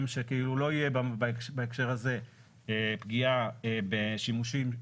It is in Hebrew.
הם שלא תהיה בהקשר הזה פגיעה בשימושים נוספים.